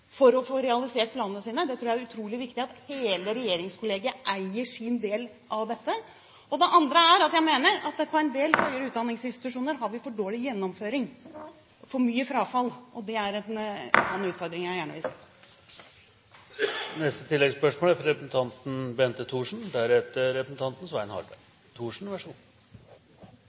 for å få realisert planene sine. Jeg tror det er utrolig viktig at hele regjeringskollegiet eier sin del av dette. Det andre er at jeg mener at vi på en del høyere utdanningsinstitusjoner har for dårlig gjennomføring og for mye frafall. Det er en utfordring jeg gjerne vil se på. Bente Thorsen – til oppfølgingsspørsmål. Først vil jeg gratulere statsråden. Så